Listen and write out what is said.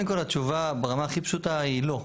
קודם כל, התשובה ברמה הכי פשוטה היא "לא".